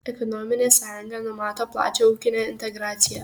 ekonominė sąjunga numato plačią ūkinę integraciją